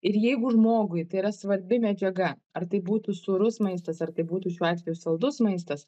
ir jeigu žmogui tai yra svarbi medžiaga ar tai būtų sūrus maistas ar tai būtų šiuo atveju saldus maistas